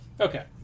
Okay